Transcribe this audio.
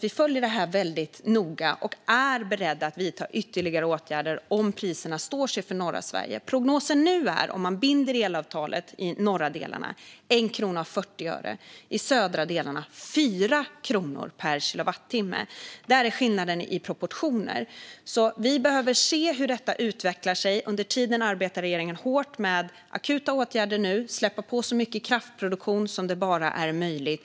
Vi följer det såklart noga och är beredda att vidta ytterligare åtgärder om priserna står sig i norra Sverige. Prognosen nu för att binda elavtalet är i de norra delarna 1 krona och 40 öre. I de södra delarna är prognosen 4 kronor per kilowattimme. Det är skillnaden i proportioner. Vi behöver se hur detta utvecklas. Under tiden arbetar regeringen nu hårt med akuta åtgärder och med att man ska släppa på så mycket kraftproduktion som det bara är möjligt.